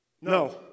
No